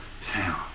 Town